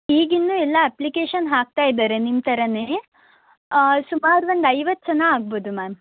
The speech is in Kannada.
ಈಗಿನ್ನೂ ಎಲ್ಲ ಅಪ್ಲಿಕೇಶನ್ ಹಾಕ್ತಾ ಇದ್ದಾರೆ ನಿಮ್ಮ ಥರಾನೇ ಸುಮಾರು ಒಂದು ಐವತ್ತು ಜನ ಆಗ್ಬೋದು ಮ್ಯಾಮ್